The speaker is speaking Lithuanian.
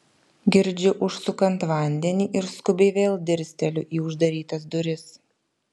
girdžiu užsukant vandenį ir skubiai vėl dirsteliu į uždarytas duris